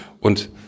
Und